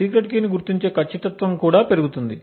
secret key ని గుర్తించే ఖచ్చితత్వం కూడా పెరిగింది